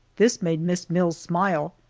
this made miss mills smile,